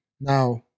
Now